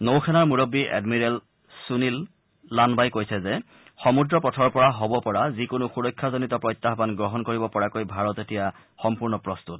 নৌসেনাৰ মূৰববী এডমিৰেল সুনীল লানবাই কৈছে যে সমূদ্ৰ পথৰ পৰা হ'ব পৰা যিকোনো সুৰক্ষাজনিত প্ৰত্যাহ্মন গ্ৰহণ কৰিব পৰাকৈ ভাৰত এতিয়া সম্পূৰ্ণ প্ৰস্তুত